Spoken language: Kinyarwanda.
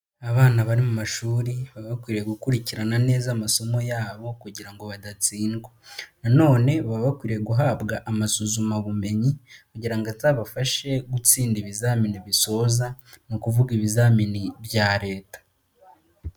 Abana bari mu mashuri baba bakwiye gukurikirana neza amasomo yabo kugira ngo badatsindwa. Nanone baba bakwiye guhabwa amasuzumabumenyi kugira ngo azabafashe gutsinda ibizamini bisoza, ni ukuvuga ibizamini bya Leta.